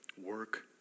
Work